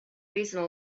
reason